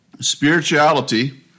Spirituality